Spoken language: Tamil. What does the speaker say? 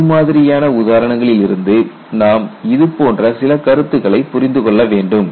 இது மாதிரியான உதாரணங்களில் இருந்து நாம் இதுபோன்ற சில கருத்துக்களை புரிந்து கொள்ள வேண்டும்